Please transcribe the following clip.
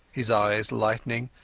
his eyes brightening,